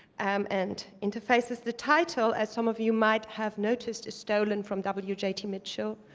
um and interface is the title, as some of you might have noticed is stolen from w. j. t. mitchell,